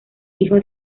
hijo